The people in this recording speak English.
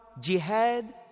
jihad